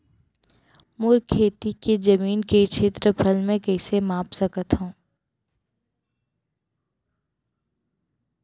मोर खेती के जमीन के क्षेत्रफल मैं कइसे माप सकत हो?